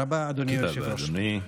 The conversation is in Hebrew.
גם אנחנו, תודה רבה, אדוני היושב-ראש.